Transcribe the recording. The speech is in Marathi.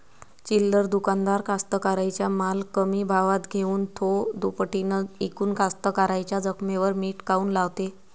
चिल्लर दुकानदार कास्तकाराइच्या माल कमी भावात घेऊन थो दुपटीनं इकून कास्तकाराइच्या जखमेवर मीठ काऊन लावते?